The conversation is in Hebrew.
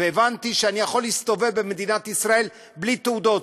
והבנתי שאני יכול להסתובב במדינת ישראל בלי תעודות,